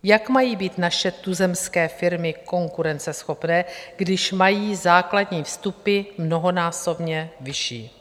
Jak mají být naše tuzemské firmy konkurenceschopné, když mají základní vstupy mnohonásobně vyšší?